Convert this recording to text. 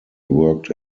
worked